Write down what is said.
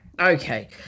Okay